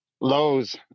Lowe's